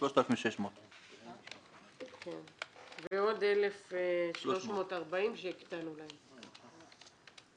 ועוד 1,340 שהקטנו להם.